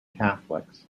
catholics